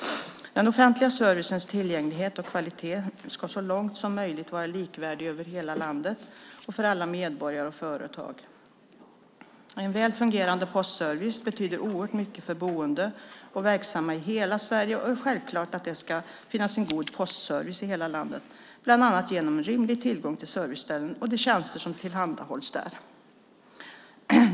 Den offentliga servicens tillgänglighet och kvalitet ska så långt som möjligt vara likvärdig över hela landet och för alla medborgare och företag. En väl fungerande postservice betyder oerhört mycket för boende och verksamma i hela Sverige. Det är självklart att det ska finnas en god postservice i hela landet, bland annat genom rimlig tillgång till serviceställen och de tjänster som tillhandahålls där.